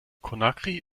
conakry